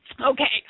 Okay